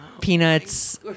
Peanuts